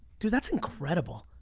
dude, that's incredible.